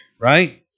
right